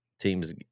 teams